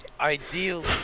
ideally